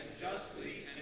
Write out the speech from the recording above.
justly